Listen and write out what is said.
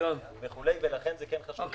ולכן זה חשוב.